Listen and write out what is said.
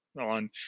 on